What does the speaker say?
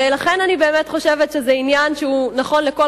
ולכן אני באמת חושבת שזה עניין שהוא נכון לכל